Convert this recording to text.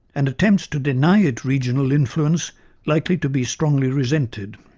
and attempts to deny it regional influence likely to be strongly resented.